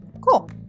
Cool